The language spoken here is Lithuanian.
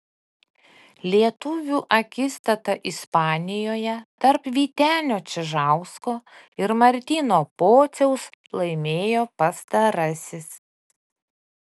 lietuvių akistatą ispanijoje tarp vytenio čižausko ir martyno pociaus laimėjo pastarasis